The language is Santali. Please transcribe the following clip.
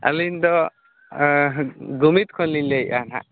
ᱟᱹᱞᱤᱧ ᱫᱚ ᱜᱚᱢᱤᱛ ᱠᱷᱚᱱ ᱞᱤᱧ ᱞᱟᱹᱭᱮᱫᱼᱟ ᱦᱟᱸᱜ